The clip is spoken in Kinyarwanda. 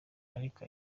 ariko